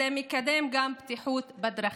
זה מקדם גם בטיחות בדרכים.